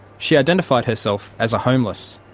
she identified herself as a homeless.